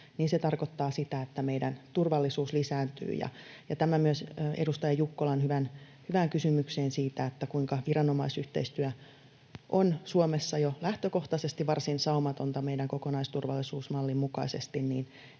se tarkoittaa sitä, että meidän turvallisuus lisääntyy. Tämä myös edustaja Jukkolan hyvään kysymykseen siitä, kuinka viranomaisyhteistyö on Suomessa jo lähtökohtaisesti varsin saumatonta meidän kokonaisturvallisuusmallin mukaisesti.